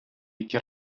які